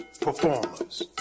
performers